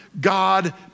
God